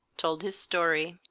told his story.